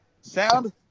sound